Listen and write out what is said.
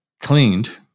cleaned